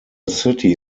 city